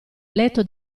letto